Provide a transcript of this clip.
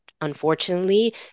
Unfortunately